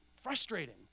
frustrating